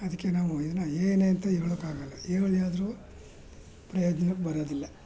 ಅದಕ್ಕೆ ನಾವು ಏನ ಏನಂತೂ ಹೇಳೋಕ್ಕಾಗೋಲ್ಲ ಏನು ಹೇಳ್ದ್ರೂ ಪ್ರಯೋಜ್ನಕ್ಕೆ ಬರೋದಿಲ್ಲ